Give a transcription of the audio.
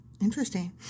Interesting